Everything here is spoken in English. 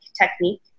technique